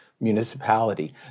municipality